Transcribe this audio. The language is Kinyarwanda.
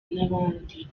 n’abandi